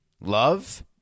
love